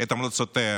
את המלצותיה